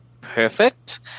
perfect